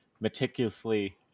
meticulously